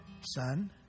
Son